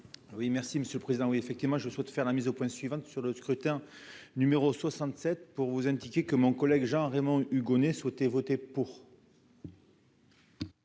Oui, merci Monsieur le Président, oui effectivement je souhaite faire la mise au point suivante sur le scrutin numéro 67 pour vous indiquer que mon collègue Jean-Raymond Hugonet sauter voter pour.